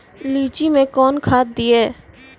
लीची मैं कौन खाद दिए?